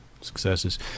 successes